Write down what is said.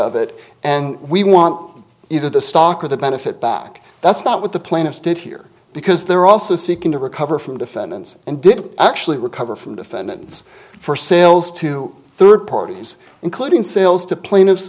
of it and we want either the stock or the benefit back that's not with the plan of state here because they're also seeking to recover from defendants and did actually recover from defendants for sales to third parties including sales to pla